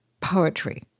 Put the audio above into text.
poetry